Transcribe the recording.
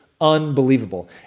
unbelievable